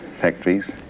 factories